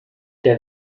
der